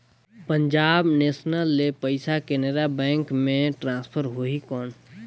Punjab National ले पइसा Canara bank मे ट्रांसफर होहि कौन?